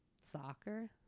Soccer